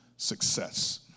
success